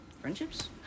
Friendships